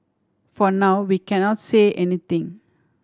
for now we cannot say anything